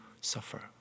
suffer